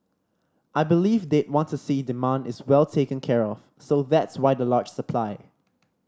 I believe they'd want to see demand is well taken care of so that's why the large supply